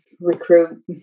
recruit